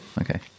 Okay